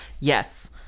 yes